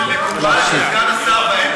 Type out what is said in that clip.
זה מקובל שסגן השר באמצע?